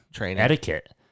etiquette